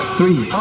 Three